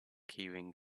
keyring